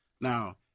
Now